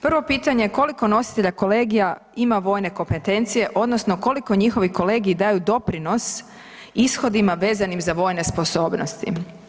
Prvo pitanje koliko nositelja kolegija ima vojne kompetencije odnosno koliko njihovi kolegiji daju doprinos ishodima vezanim za vojne sposobnosti?